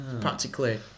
Practically